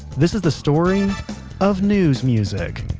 this is the story of news music